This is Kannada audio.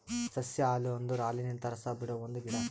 ಸಸ್ಯ ಹಾಲು ಅಂದುರ್ ಹಾಲಿನಂತ ರಸ ಬಿಡೊ ಒಂದ್ ಗಿಡ